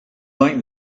like